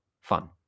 fun